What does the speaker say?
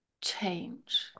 change